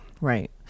Right